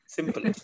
Simple